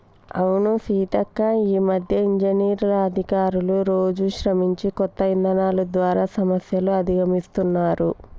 అవును సీతక్క ఈ మధ్య ఇంజనీర్లు అధికారులు రోజు శ్రమించి కొత్త ఇధానాలు ద్వారా సమస్యలు అధిగమిస్తున్నారు